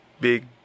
big